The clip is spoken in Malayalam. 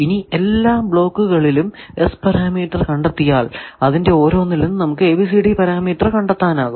ഇനി എല്ലാ ബ്ലോക്കുകളിലും S പാരാമീറ്റർ കണ്ടെത്തിയാൽ അതിൽ ഓരോന്നിലും നമുക്ക് ABCD പാരാമീറ്റർ കണ്ടെത്താം